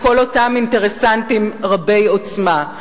לכל אותם אינטרסנטים רבי-עוצמה.